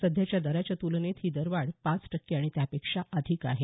सध्याच्या दराच्या तुलनेत ही दरवाढ पाच टक्के आणि त्यापेक्षा अधिक आहे